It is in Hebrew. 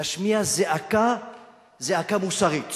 להשמיע זעקה מוסרית.